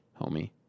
homie